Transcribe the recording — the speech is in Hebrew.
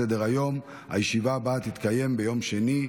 נתקבל.